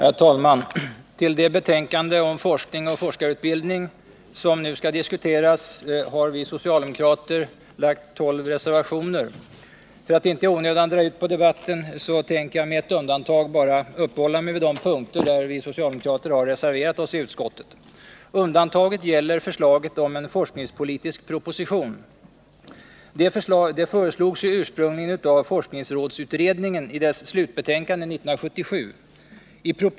I fråga om detta betänkande hålles gemensam överläggning för samtliga punkter. Under den gemensamma överläggningen får yrkanden framställas beträffande samtliga punkter i betänkandet.